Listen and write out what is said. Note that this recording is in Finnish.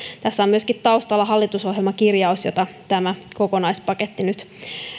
tässä on taustalla myöskin hallitusohjelmakirjaus jota tämä kokonaispaketti nyt